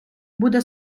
буде